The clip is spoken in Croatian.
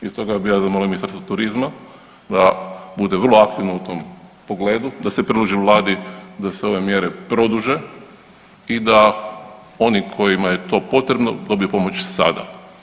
I stoga bi ja zamolio Ministarstvo turizma da bude vrlo aktivno u tom pogledu, da se predloži vladi da se ove mjere produže i da oni kojima je to potrebno dobiju pomoć sada.